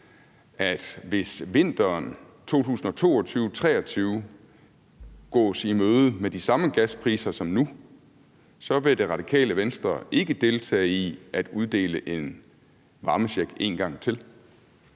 at hvis vinteren 2022-23 gås i møde med de samme gaspriser som nu, vil Det Radikale Venstre ikke deltage i at uddele en varmecheck en gang til?